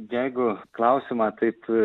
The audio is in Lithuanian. jeigu klausimą taip